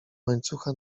łańcucha